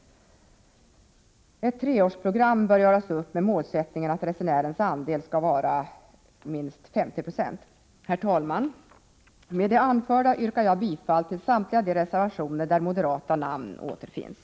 Ett treårsprogram bör göras upp med målsättningen att resenärens andel skall vara minst 50 96. Herr talman! Med det anförda ber jag att få yrka bifall till samtliga de reservationer där moderata namn återfinns.